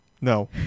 No